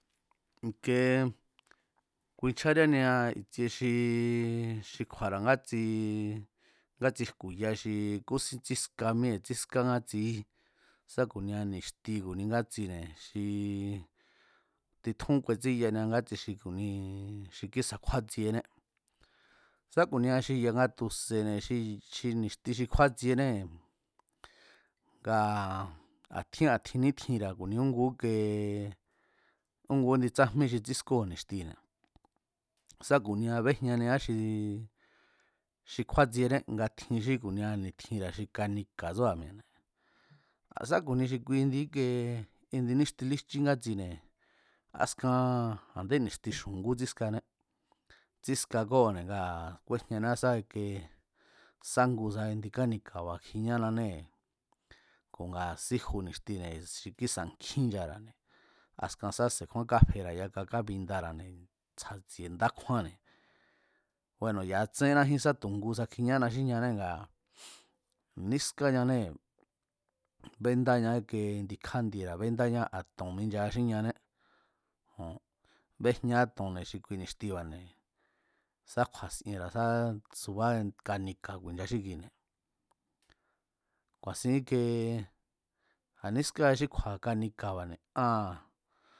I̱kie kuinchjáránia i̱tsie xi xi kju̱a̱ ngatsi, ngatsi jku̱ya xi kúsín tsíska míee̱ tsíská ngátsi sá ku̱nia ni̱xti xi ngátsine̱ xi titjún kuetsíyania ngátsi xi ku̱ni xi kísa̱ kjúátsiené. Sá ku̱nia xi ya̱nga tu̱se̱ne̱ xi ni̱xti xi kjúátsienée̱ nga̱ a̱ tjín a̱ tjin nítjinra̱ ku̱nia úngu íke úngu índi tsájmí xi tsískóo̱ ni̱xtine̱ sá ku̱nia bejñaniá xi xi kjúátsiené nga tjin xí ni̱tjinra̱ xi kanika̱ tsúra̱ mi̱e̱ne̱ a̱ sá ku̱ni xi indi íkie indi níxti líjchí ngatsine̱ askan a̱ndé ni̱xti xu̱ngú tsískáné, tsíska kóo̱ne̱ ngaa̱ a̱ kúéjñaniá sá ike sá ngusa indi kanika̱ba̱ kjiñánanée̱ ku̱ ngaa̱ síju ni̱xtine̱ xi kísa̱ nkjín nchara̱ne̱ askan sa se̱kjúán káfera̱ yaka kámindara̱ne̱ tsja̱tsi̱e̱ ndá kjúánne̱, bueno̱ ya̱a tsénnájín sá tu̱ ngusa kjiñána xí ñanée̱ ngaa̱, nískáñanee̱ bendaña íkie ndi kjandiera̱ bendáñá a̱ to̱n minchaa xí ñané, joo̱n bejñaá to̱nne̱ xi kui ni̱xtiba̱ne̱ sá kju̱a̱sienra̱ sá subá kanika̱ ku̱i̱ncha xí kine̱ ku̱a̱sin íke a̱ nískáa xí kju̱a̱ra̱ kanika̱nba̱ne̱ aa̱n